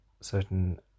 certain